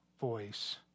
voice